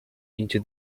into